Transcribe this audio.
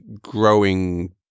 growing